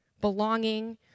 belonging